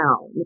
town